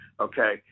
Okay